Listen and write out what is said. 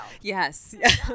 Yes